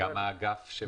גם האגף.